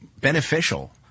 beneficial